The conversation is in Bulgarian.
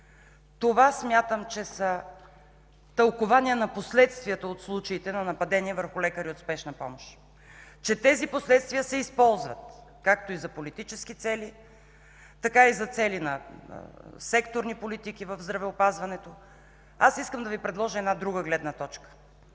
Смятам, че това са тълкувания на последствията от случаите на нападения върху лекари от Спешна помощ, че тези последствия се използват както за политически цели, така и за цели на секторни политики в здравеопазването. Искам да Ви предложа друга гледна точка